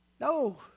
No